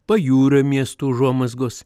pajūrio miestų užuomazgos